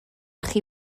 chi